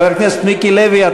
חבר הכנסת מיקי לוי,